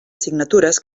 assignatures